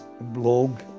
blog